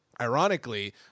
Ironically